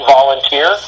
Volunteer